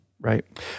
right